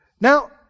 Now